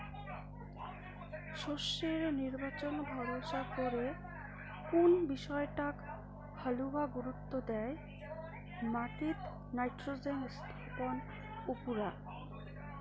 শস্যর নির্বাচন ভরসা করে কুন বিষয়টাক হালুয়া গুরুত্ব দ্যায় মাটিত নাইট্রোজেন স্থাপন উপুরা